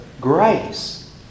grace